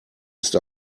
ist